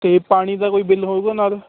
ਅਤੇ ਪਾਣੀ ਦਾ ਕੋਈ ਬਿੱਲ ਹੋਉਗਾ ਨਾਲ